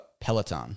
Peloton